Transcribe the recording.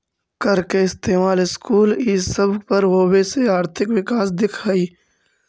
कर के इस्तेमाल स्कूल, सड़क ई सब पर होबे से आर्थिक विकास दिख हई